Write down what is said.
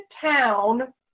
town